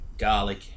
garlic